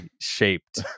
shaped